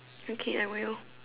okay I will